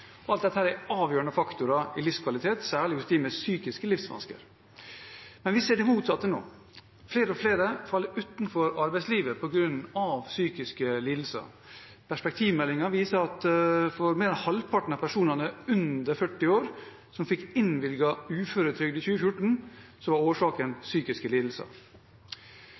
Alt dette er avgjørende faktorer for livskvalitet, særlig hos dem med psykiske livsvansker. Men vi ser det motsatte nå. Flere og flere faller utenfor arbeidslivet på grunn av psykiske lidelser. Perspektivmeldingen viser at for mer enn halvparten av personene under 40 år som fikk innvilget uføretrygd i 2014, var årsaken psykiske lidelser.